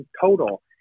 total